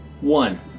one